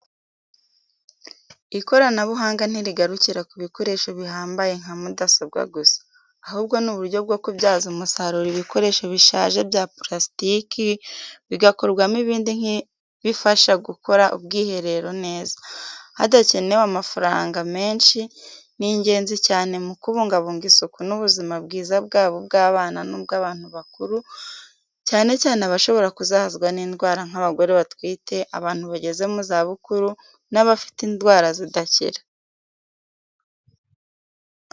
Ikoranabuhanga ntirigarukira ku bikoresho bihambaye nka mudasobwa gusa, ahubwo n'uburyo bwo kubyaza umusaruro ibikoresho bishaje bya purasitiki, bigakorwamo ibindi nk'ibifasha gukora ubwiherero neza, hadakenewe amafaranga menshi, ni ingenzi cyane mu kubungabunga isuku n'ubuzima bwiza bwaba ubw'abana n'ubw'abantu bakuru cyane cyane abashobora kuzahazwa n'indwara nk'abagore batwite, abantu bageze mu zabukuru n'abafite indwara zidakira.